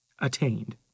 attained